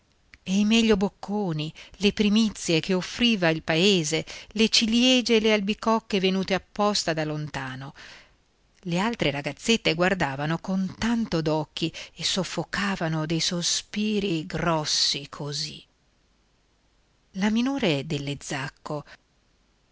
e i meglio bocconi le primizie che offriva il paese le ciriegie e le albicocche venute apposta da lontano le altre ragazzette guardavano con tanto d'occhi e soffocavano dei sospiri grossi così la minore delle zacco e